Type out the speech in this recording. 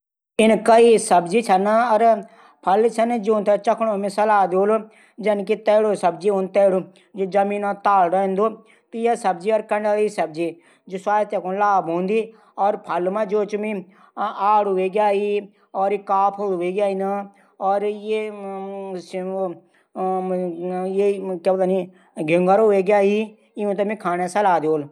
इन कई सब्जी छन फल छन जू चखुणे सलाह द्योल जन की तैडू सब्जी हूदी जमीन का ताल रैंदू कंडली सब्जी स्वास्थ्य कुनै लाभ हूःदू फल मा जू आडू हवेग्याई काफल हवेग्याई घिंघरू हवेग्याई मि यूथैई खाणा सलाह दियोल।